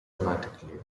dramatically